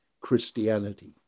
Christianity